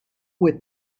with